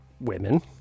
women